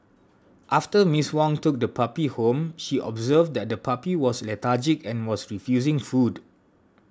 after Miss Wong took the puppy home she observed that the puppy was lethargic and was refusing food